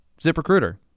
ZipRecruiter